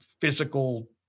physical